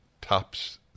tops